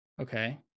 Okay